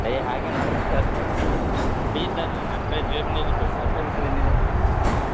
ಏ ಹಾಗೇನು ಮಾಡ್ಬೇಡಿ ಸರ್ ಪ್ಲೀಸ್ ಸರ್ ನನ್ನ ಕೈ ಜೇಬ್ನಾಗೆ ಇತ್ತು ಪರ್ಸಾ ಬಿಟ್ಟು ಬಂದಿದ್ದೀನಿ